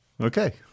Okay